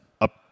up